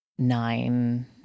nine